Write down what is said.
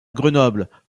grenoble